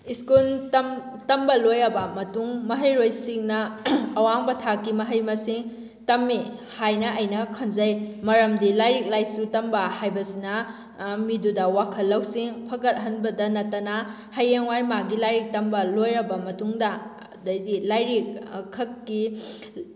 school ꯇꯝꯕ ꯂꯣꯏꯔꯕ ꯃꯇꯨꯡ ꯃꯍꯩꯔꯣꯏꯁꯤꯡꯅ ꯑꯋꯥꯡꯕ ꯊꯥꯛꯀꯤ ꯃꯍꯩ ꯃꯁꯤꯡ ꯇꯝꯃꯤ ꯍꯥꯏꯅ ꯑꯩꯅ ꯈꯟꯖꯩ ꯃꯔꯝꯗꯤ ꯂꯥꯏꯔꯤꯛ ꯂꯥꯏꯁꯨ ꯇꯝꯕ ꯍꯥꯏꯕꯁꯤꯅ ꯃꯤꯗꯨꯗ ꯋꯥꯈꯜ ꯂꯧꯁꯤꯡ ꯐꯒꯠꯍꯟꯕꯗ ꯅꯠꯇꯅ ꯍꯌꯦꯡꯋꯥꯏ ꯃꯥꯒꯤ ꯂꯥꯏꯔꯤꯛ ꯇꯝꯕ ꯂꯣꯏꯔꯕ ꯃꯇꯨꯡꯗ ꯑꯗꯩꯗꯤ ꯂꯥꯏꯔꯤꯛ ꯈꯛꯀꯤ